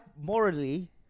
morally